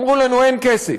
אמרו לנו: אין כסף.